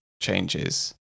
changes